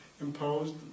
Imposed